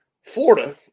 Florida